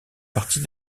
partie